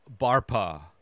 Barpa